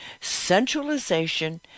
centralization